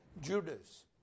Judas